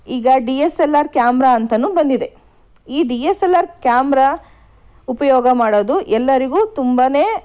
ಈಗ D S L R camera ಅಂತಲೂ ಬಂದಿದೆ ಈ D S L R camera ಉಪಯೋಗ ಮಾಡೋದು ಎಲ್ಲರಿಗೂ ತುಂಬಾನೇ